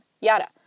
Yada